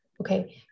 okay